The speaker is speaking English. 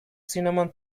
cinnamon